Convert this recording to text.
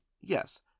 yes